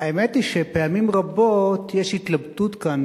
האמת היא שפעמים רבות יש התלבטות כאן,